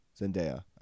Zendaya